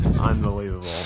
Unbelievable